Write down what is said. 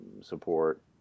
Support